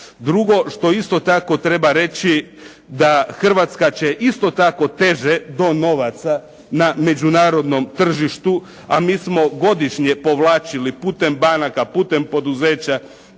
Drugo što isto tako treba reći da Hrvatska će isto tako teže do novaca na međunarodnom tržištu, a mi smo godišnje povlačili putem banaka, putem poduzeća,